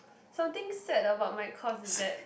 something sad about my course is that